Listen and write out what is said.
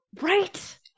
right